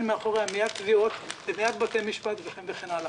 מאחוריה מייד תביעות ומייד בתי משפט וכן הלאה.